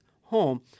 home